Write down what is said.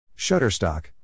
Shutterstock